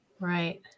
Right